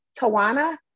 Tawana